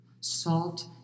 Salt